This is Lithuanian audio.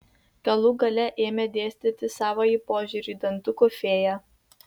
galų gale ėmė dėstyti savąjį požiūrį į dantukų fėją